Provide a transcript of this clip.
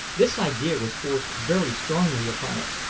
this idea was forced very strongly upon us,